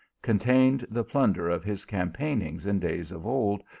con tained the plunder of his campaignings in days of old,